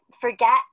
forget